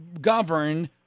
govern